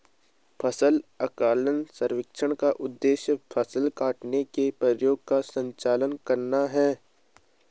फसल आकलन सर्वेक्षण का उद्देश्य फसल काटने के प्रयोगों का संचालन करना है